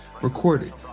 recorded